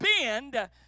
bend